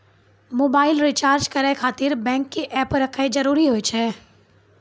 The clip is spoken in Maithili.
मोबाइल रिचार्ज करे खातिर बैंक के ऐप रखे जरूरी हाव है?